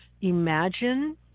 imagine